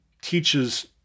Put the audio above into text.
teaches